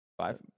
Five